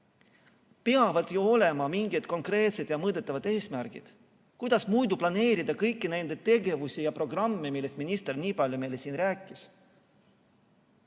Peavad ju olema mingid konkreetsed ja mõõdetavad eesmärgid. Kuidas muidu planeerida kõiki neid tegevusi ja programme, millest minister siin nii palju meile rääkis?